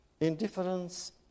indifference